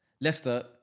Leicester